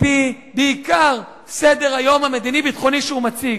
על-פי סדר-היום המדיני-ביטחוני שהוא מציג.